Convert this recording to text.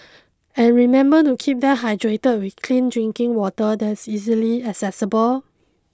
and remember to keep them hydrated with clean drinking water that's easily accessible